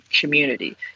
community